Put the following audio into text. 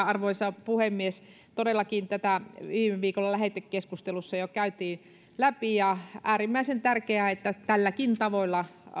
arvoisa puhemies todellakin tätä viime viikolla lähetekeskustelussa jo käytiin läpi on äärimmäisen tärkeää että tälläkin tavoin